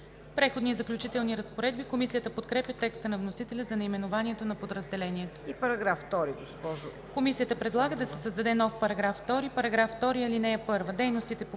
„Преходни и заключителни разпоредби“. Комисията подкрепя текста на вносителя за наименованието на подразделението. Комисията предлага да се създаде нов § 2: „§ 2. (1) Дейностите по